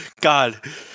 God